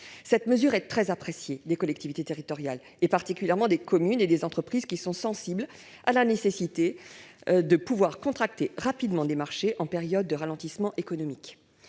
Cette mesure est très appréciée des collectivités territoriales, particulièrement des communes et des entreprises qui sont sensibles à la nécessité de pouvoir contracter rapidement des marchés en cette période de ralentissement économique.